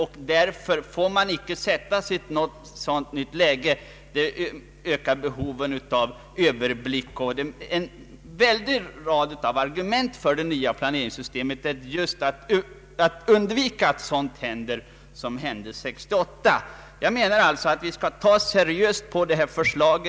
Vi får inte åter försätta oss i ett sådant läge. Det ökar behovet av överblick. Ett viktigt argument för det nya planeringssystemet är just att undvika att sådant händer igen som hände 1968. Vi skall ta seriöst på detta förslag.